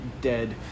dead